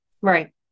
Right